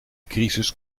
crisis